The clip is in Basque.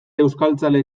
euskaltzale